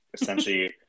essentially